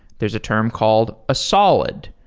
there's a term called a solid.